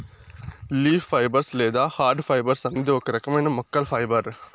leaf fibres లేదా hard fibres అనేది ఒక రకమైన మొక్కల ఫైబర్